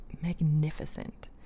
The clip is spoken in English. magnificent